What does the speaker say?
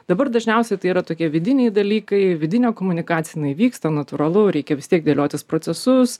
dabar dažniausiai tai yra tokie vidiniai dalykai vidinė komunikacija jinai vyksta natūralu reikia vis tiek dėliotis procesus